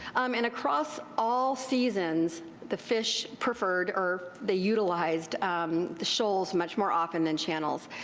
um and across all seasons the fish preferred or they utilized the shoals much more often than channels.